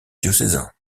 diocésain